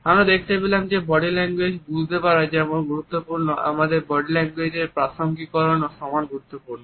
আমরা দেখতে পেলাম যে বডি ল্যাঙ্গুয়েজ বুঝতে পারা যেমন গুরুত্বপূর্ণ আমাদের বডি ল্যাঙ্গুয়েজ এর প্রাসঙ্গিককরণও সমান গুরুত্বপূর্ণ